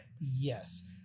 Yes